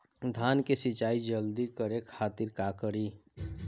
धान के सिंचाई जल्दी करे खातिर का करी?